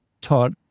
taught